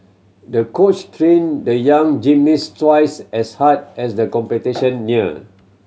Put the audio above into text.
the coach trained the young gymnast twice as hard as the competition neared